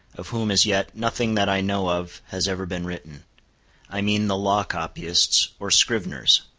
of whom as yet nothing that i know of has ever been written i mean the law-copyists or scriveners.